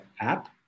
app